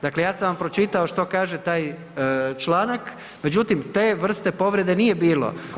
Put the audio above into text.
Dakle, ja sam vam pročitao što kaže taj člana, međutim te vrste povrede nije bilo